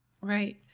Right